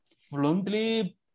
fluently